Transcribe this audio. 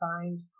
find